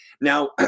Now